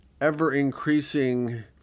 ever-increasing